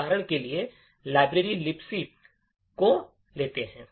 उदाहरण के लिए लाइब्रेरी लिबक पुस्तकालय को लेते हैं